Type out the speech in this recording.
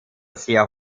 sehr